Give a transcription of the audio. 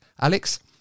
Alex